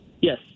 Yes